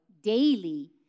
daily